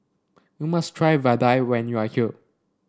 you must try Vadai when you are here